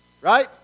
right